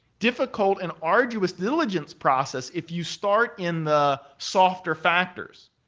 difficult and arduous diligence process if you start in the softer factors,